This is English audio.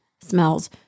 smells